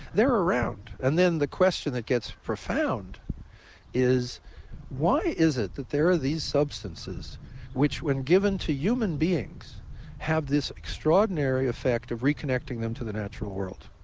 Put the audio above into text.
they're around, and then question that gets profound is why is it that there are these substances which when given to human beings have this extraordinary effect of reconnecting them to the natural world?